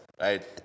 right